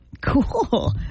Cool